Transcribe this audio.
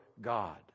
God